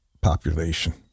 population